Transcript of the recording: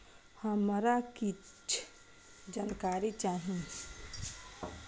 हमरा कीछ जानकारी चाही